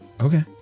Okay